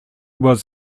was